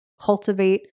cultivate